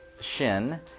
shin